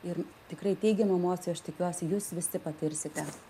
ir tikrai teigiamų emocijų aš tikiuosi jūs visi patirsite